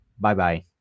Bye-bye